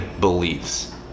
beliefs